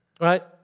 right